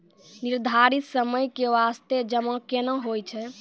निर्धारित समय के बास्ते जमा केना होय छै?